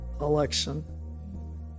election